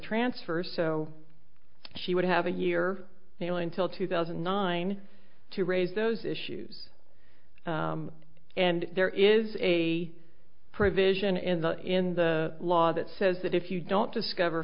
transfer so she would have a year now until two thousand and nine to raise those issues and there is a provision in the in the law that says that if you don't discover